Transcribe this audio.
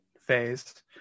phase